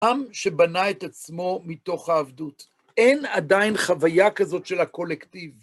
עם שבנה את עצמו מתוך העבדות, אין עדיין חוויה כזאת של הקולקטיב.